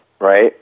right